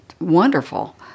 wonderful